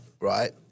right